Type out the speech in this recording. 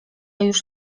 już